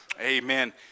Amen